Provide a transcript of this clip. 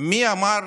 מי אמר,